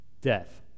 death